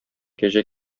кәҗә